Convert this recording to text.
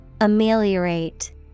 Ameliorate